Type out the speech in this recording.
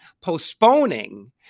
postponing